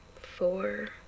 four